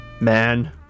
Man